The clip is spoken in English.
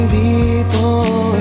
people